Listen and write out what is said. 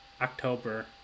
october